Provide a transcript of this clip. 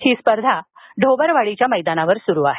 ही स्पर्धा ढोबरवाडीच्या मैदानावर सुरु आहे